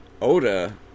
Oda